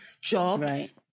jobs